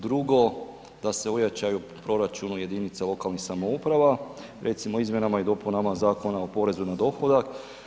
Drugo, da se ojačaju proračuni jedinica lokalnih samouprava recimo izmjenama i dopunama Zakona o porezu na dohodak.